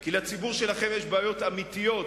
כי לציבור שלכם יש בעיות אמיתיות,